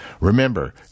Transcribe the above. Remember